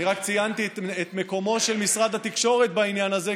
אני רק ציינתי את מקומו של משרד התקשורת בעניין הזה,